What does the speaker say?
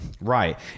Right